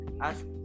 ask